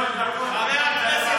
הפעילות של המערכת מסביב.